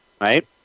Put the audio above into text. right